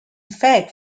fact